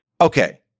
Okay